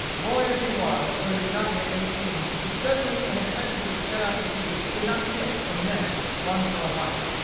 boy as he was, for he was not yet eighteen, he suddenly and impetuously set out to see if he could not pick, from them, one for a wife.